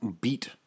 beat